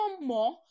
more